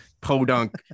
podunk